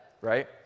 Right